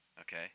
okay